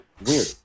Weird